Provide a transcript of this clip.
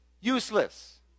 useless